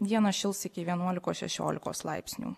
dieną šils iki vienuolikos šešiolikos laipsnių